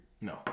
No